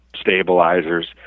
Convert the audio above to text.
stabilizers